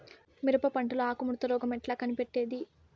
మిరప పంటలో ఆకు ముడత రోగం ఎట్లా కనిపెట్టేది?